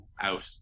out